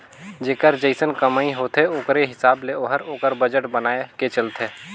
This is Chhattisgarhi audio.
जेकर जइसन कमई होथे ओकरे हिसाब ले ओहर ओकर बजट बनाए के चलथे